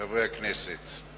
חברי הכנסת,